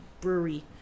Brewery